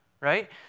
right